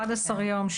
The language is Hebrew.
11 יום,